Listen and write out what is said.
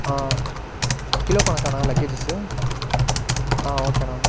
ஆ kilo கணக்காண்ணா luggages ஆ ஓகேண்ணா